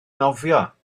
nofio